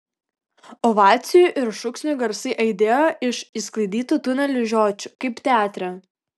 ovacijų ir šūksnių garsai aidėjo iš išsklaidytų tunelių žiočių kaip teatre